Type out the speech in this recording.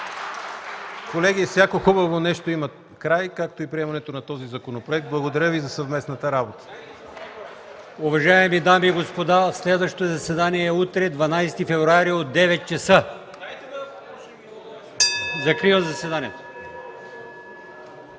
Колеги, всяко хубаво нещо има край, както и приемането на този законопроект. Благодаря Ви за съвместната работа!